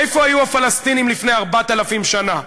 איפה היו הפלסטינים לפני 4,000 שנה?